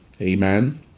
Amen